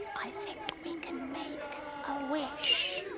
i think we can make a wish!